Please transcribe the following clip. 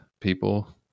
people